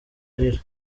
arira